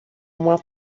uma